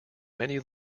many